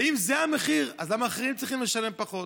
ואם זה המחיר, אז למה אחרים צריכים לשלם פחות?